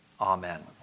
Amen